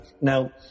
Now